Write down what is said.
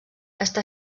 està